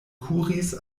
kuris